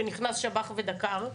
שנכנס שב"ח ודקר,